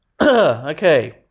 Okay